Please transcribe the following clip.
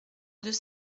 deux